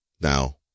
Now